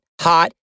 hot